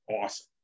awesome